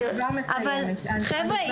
אבל, חבר'ה,